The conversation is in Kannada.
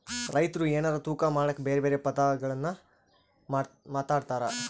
ರೈತ್ರು ಎನಾರ ತೂಕ ಮಾಡಕ ಬೆರೆ ಬೆರೆ ಪದಗುಳ್ನ ಮಾತಾಡ್ತಾರಾ